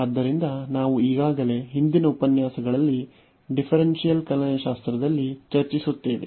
ಆದ್ದರಿಂದ ನಾವು ಈಗಾಗಲೇ ಹಿಂದಿನ ಉಪನ್ಯಾಸಗಳಲ್ಲಿ ಡಿಫರೆನ್ಷಿಯಲ್ ಕಲನಶಾಸ್ತ್ರದಲ್ಲಿ ಚರ್ಚಿಸುತ್ತೇವೆ